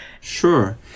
Sure